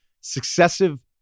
successive